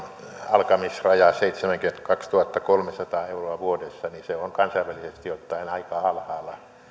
alkamisraja seitsemänkymmentäkaksituhattakolmesataa euroa vuodessa on kansainvälisesti ottaen aika alhaalla